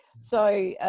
so